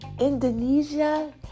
Indonesia